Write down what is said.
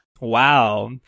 Wow